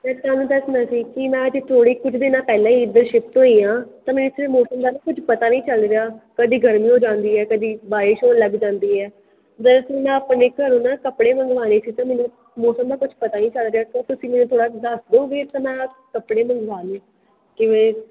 ਮੈਂ ਤੁਹਾਨੂੰ ਦੱਸਣਾ ਸੀ ਕਿ ਮੈਂ ਅਜੇ ਥੋੜ੍ਹੀ ਕੁਝ ਦਿਨਾਂ ਪਹਿਲਾਂ ਹੀ ਇੱਧਰ ਸ਼ਿਫਟ ਹੋਈ ਹਾਂ ਤਾਂ ਮੈਨੂੰ ਇੱਥੇ ਮੌਸਮ ਦਾ ਕੁਝ ਪਤਾ ਨਹੀਂ ਚੱਲ ਰਿਹਾ ਕਦੇ ਗਰਮੀ ਹੋ ਜਾਂਦੀ ਹੈ ਕਦੇ ਬਾਰਿਸ਼ ਹੋਣ ਲੱਗ ਜਾਂਦੀ ਹੈ ਵੈਸੇ ਮੈਂ ਆਪਣੇ ਘਰੋਂ ਨਾ ਕੱਪੜੇ ਮੰਗਵਾਉਣੇ ਸੀ ਤਾਂ ਮੈਨੂੰ ਮੌਸਮ ਦਾ ਕੁਛ ਪਤਾ ਹੀ ਨਹੀਂ ਚੱਲ ਰਿਹਾ ਕੀ ਤੁਸੀਂ ਮੈਨੂੰ ਥੋੜ੍ਹਾ ਦੱਸ ਦੋਗੇ ਤਾਂ ਮੈਂ ਕੱਪੜੇ ਮੰਗਵਾ ਲਾ ਕਿਵੇਂ